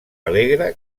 alegre